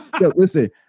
listen